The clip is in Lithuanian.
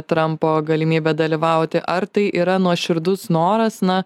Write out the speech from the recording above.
trampo galimybę dalyvauti ar tai yra nuoširdus noras na